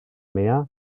meer